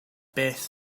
beth